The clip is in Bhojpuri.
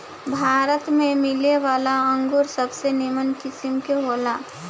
भारत में मिलेवाला अंगूर सबसे निमन किस्म के होला